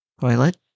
toilet